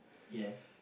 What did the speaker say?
ya